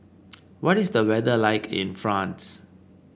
what is the weather like in France